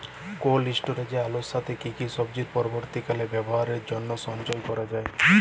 Cold স্টোরেজে আলুর সাথে কি কি সবজি পরবর্তীকালে ব্যবহারের জন্য সঞ্চয় করা যায়?